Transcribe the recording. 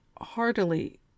heartily